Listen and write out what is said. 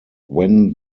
when